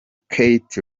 keith